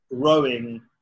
growing